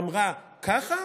אמרה: ככה?